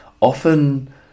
often